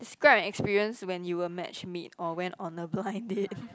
describe an experience when you were match made or went on a blind date